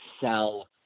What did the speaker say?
sell